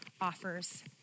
offers